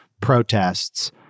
protests